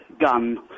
gun